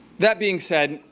that being said,